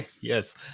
Yes